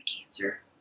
cancer